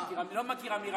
אני לא מכיר אמירה כזאת.